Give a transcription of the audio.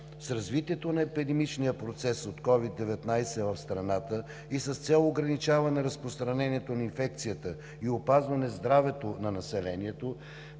С развитието на епидемичния процес от COVID-19 в страната и с цел ограничаване разпространението на инфекцията и опазване здравето на населението